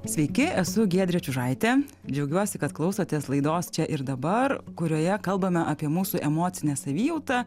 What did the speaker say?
sveiki esu giedrė čiužaitė džiaugiuosi kad klausotės laidos čia ir dabar kurioje kalbame apie mūsų emocinę savijautą